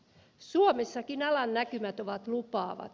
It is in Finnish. suomessakin alan näkymät ovat lupaavat